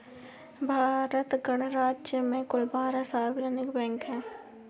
भारत गणराज्य में कुल बारह सार्वजनिक बैंक हैं